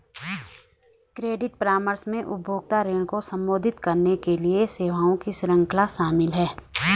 credit परामर्श में उपभोक्ता ऋण को संबोधित करने के लिए सेवाओं की श्रृंखला शामिल है